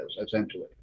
essentially